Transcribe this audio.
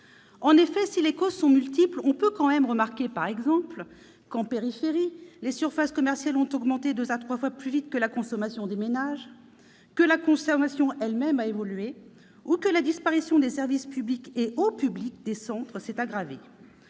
En effet, si les causes sont multiples, on peut tout de même remarquer, par exemple, qu'en périphérie les surfaces commerciales ont augmenté deux à trois fois plus vite que la consommation des ménages, que la consommation elle-même a évolué ou que la disparition des services publics et au public des centres s'est aggravée.